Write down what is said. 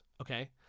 okay